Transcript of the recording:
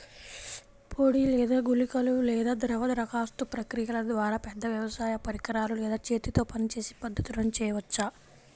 పొడి లేదా గుళికల లేదా ద్రవ దరఖాస్తు ప్రక్రియల ద్వారా, పెద్ద వ్యవసాయ పరికరాలు లేదా చేతితో పనిచేసే పద్ధతులను చేయవచ్చా?